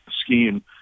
scheme